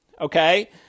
okay